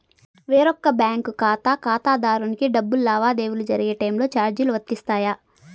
వేరొక బ్యాంకు ఖాతా ఖాతాదారునికి డబ్బు లావాదేవీలు జరిగే టైములో చార్జీలు వర్తిస్తాయా?